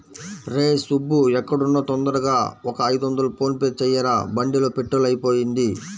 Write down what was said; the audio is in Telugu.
రేయ్ సుబ్బూ ఎక్కడున్నా తొందరగా ఒక ఐదొందలు ఫోన్ పే చెయ్యరా, బండిలో పెట్రోలు అయిపొయింది